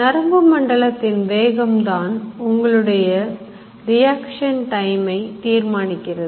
நரம்பு மண்டலத்தின் வேகம் தான் உங்களுடைய ரியாக்ஷன் டைம் தீர்மானிக்கிறது